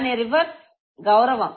దాని రివర్స్ గౌరవం